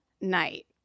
night